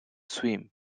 swim